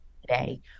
today